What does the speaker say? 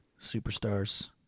superstars